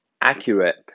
accurate